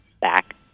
back